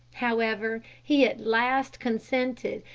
however, he at last consented,